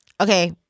Okay